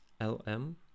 LM